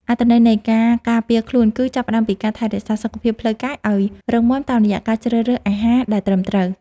អត្ថន័យនៃការការពារខ្លួនគឺ ចាប់ផ្ដើមពីការថែរក្សាសុខភាពផ្លូវកាយឱ្យរឹងមាំតាមរយៈការជ្រើសរើសអាហារដែលត្រឹមត្រូវ។